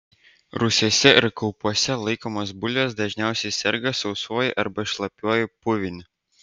rūsiuose ir kaupuose laikomos bulvės dažniausiai serga sausuoju arba šlapiuoju puviniu